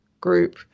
group